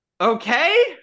Okay